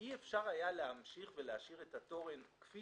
אי אפשר היה להמשיך ולהשאיר את התורן כפי